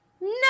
No